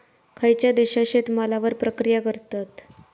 खयच्या देशात शेतमालावर प्रक्रिया करतत?